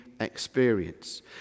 experience